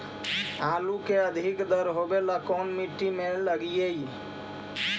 आलू के अधिक दर होवे ला कोन मट्टी में लगीईऐ?